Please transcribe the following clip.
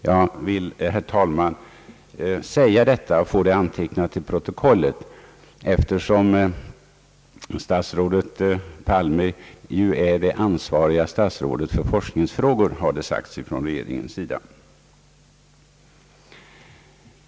Jag vill, herr talman, säga detta och få det antecknat till protokollet. Statsrådet Palme är ju det ansvariga statsrådet för forskningsfrågor, enligt vad man har sagt från regeringens sida.